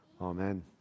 Amen